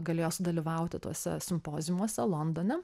galėjo sudalyvauti tuose simpoziumuose londone